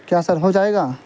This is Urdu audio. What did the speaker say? کیا سر ہو جائے گا